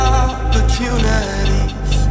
opportunities